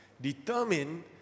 Determine